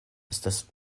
estas